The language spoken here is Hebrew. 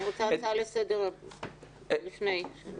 לפני כן,